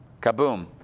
kaboom